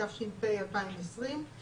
התש"ף 2020‏;